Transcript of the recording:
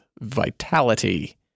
vitality